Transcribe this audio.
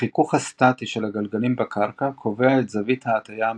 החיכוך הסטטי של הגלגלים בקרקע קובע את זווית ההטייה המרבית,